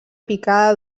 picada